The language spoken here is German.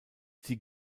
sie